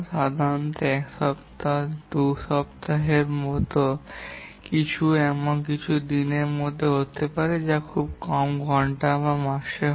সাধারণত 1 সপ্তাহে 2 সপ্তাহের মতো কিছু বা এটি কয়েক দিনের মধ্যে হতে পারে তবে খুব কমই ঘন্টা বা মাসে হয়